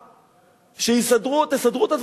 יש גיל שבו כותבים צוואה,